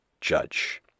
judge